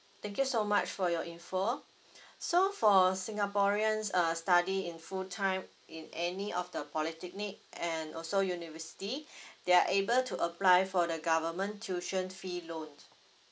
thank you so much for your info so for singaporeans uh study in full time in any of the polytechnic and also university they are able to apply for the government tuition fee loan